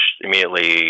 immediately